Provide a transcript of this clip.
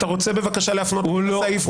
אתה רוצה בבקשה להפנות לסעיף?